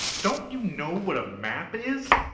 don't you know what a map is?